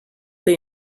they